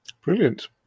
brilliant